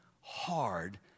hard